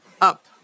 up